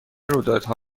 رویدادها